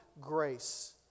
grace